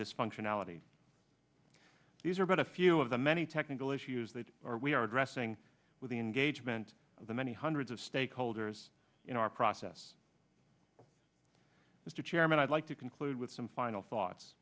this functionality these are but a few of the many technical issues that are we are addressing with the engagement of the many hundreds of stakeholders in our process mr chairman i'd like to conclude with some final thoughts